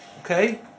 okay